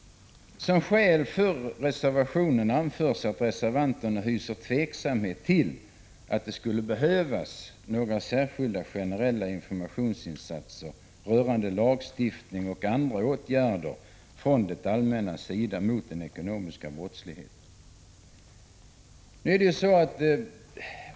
Som skäl för sitt ställningstagande anför reservanterna att de ställer sig tveksamma till att det skulle behövas några generella informationsinsatser rörande lagstiftning och andra åtgärder från det allmännas sida mot den ekonomiska brottsligheten.